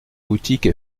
boutique